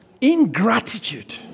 ingratitude